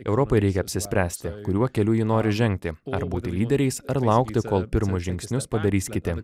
europai reikia apsispręsti kuriuo keliu ji nori žengti ar būti lyderiais ar laukti kol pirmus žingsnius padarys kiti